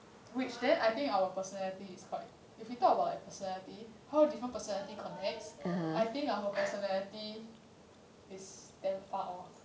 which then I think our personality is quite if we talk about like personality how different personality connects I think our personality is damn far off